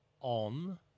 on